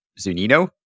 Zunino